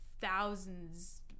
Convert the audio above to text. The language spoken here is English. thousands